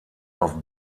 auf